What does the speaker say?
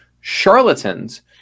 charlatans